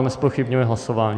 Nezpochybňuji hlasování.